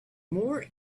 more